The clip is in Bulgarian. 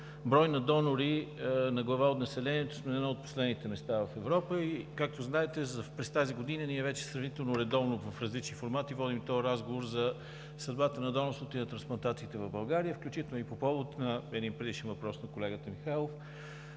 брой на донори на глава от населението сме на едно от последните места в Европа. Както знаете, през тази година сравнително редовно в различни формати вече водим този разговор за съдбата на донорството и на трансплантациите в България, включително и по повод на един предишен въпрос на колегата Михайлов,